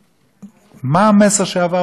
מה המסר שעבר בכל העולם היום?